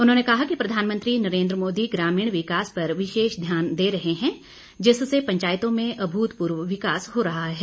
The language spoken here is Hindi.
उन्होंने कहा कि प्रधानमंत्री नरेन्द्र मोदी ग्रामीण विकास पर विशेष ध्यान दे रहे हैं जिससे पंचायतों में अभूतपूर्व विकास हो रहा है